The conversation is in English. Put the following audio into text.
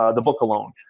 ah the book alone.